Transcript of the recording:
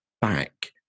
back